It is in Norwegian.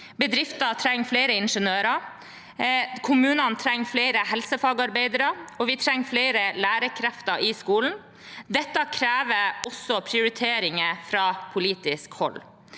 Bedrifter trenger flere ingeniører, kommunene trenger flere helsefagarbeidere, og vi trenger flere lærerkrefter i skolen. Dette krever også prioriteringer fra politisk hold.